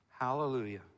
Hallelujah